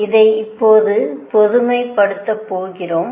இதை இப்போது பொதுமைப்படுத்தப் போகிறோம்